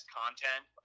content